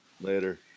Later